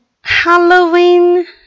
Halloween